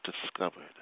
discovered